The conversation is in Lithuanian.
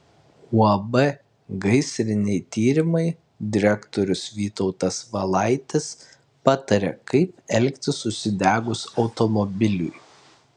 uab gaisriniai tyrimai direktorius vytautas valaitis pataria kaip elgtis užsidegus automobiliui